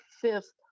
fifth